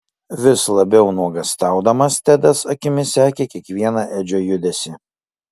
vis labiau nuogąstaudamas tedas akimis sekė kiekvieną edžio judesį